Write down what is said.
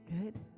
good